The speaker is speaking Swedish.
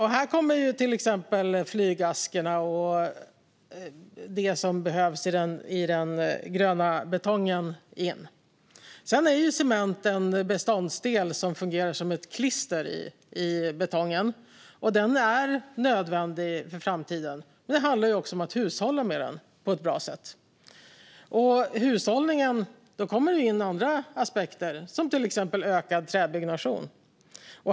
Här kommer till exempel flygaskorna och det som behövs i den gröna betongen in. Sedan är cement en beståndsdel som fungerar som ett klister i betongen. Den är nödvändig för framtiden, men det handlar också om att hushålla med den på ett bra sätt. Och när det gäller hushållningen kommer det in andra aspekter, till exempel ökad träbyggnation.